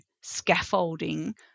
scaffolding